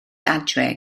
adre